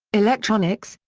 electronics,